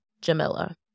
Jamila